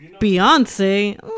Beyonce